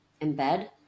embed